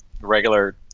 regular